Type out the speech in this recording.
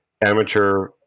amateur